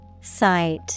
Sight